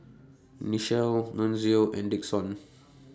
Nichelle Nunzio and Dixon